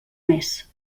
més